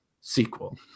Sequel